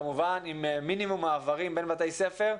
כמובן עם מינימום מעברים בין בתי ספר,